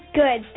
good